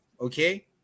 Okay